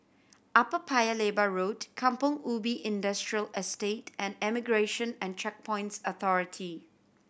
Upper Paya Lebar Road Kampong Ubi Industrial Estate and Immigration and Checkpoints Authority